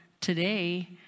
today